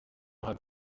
hat